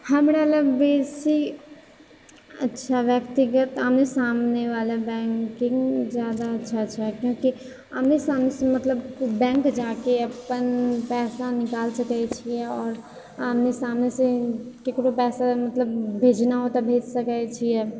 हमरा लग बेसी अच्छा व्यक्तिगत आमने सामने वाला बैंकिंग जादा अच्छा छै किआकि आमने सामनेसँ मतलब बैंक जाके अपन पैसा निकाल सकैत छियै आओर आमने सामने से केकरो पैसा मतलब भेजना हो तऽ भेज सकैत छियै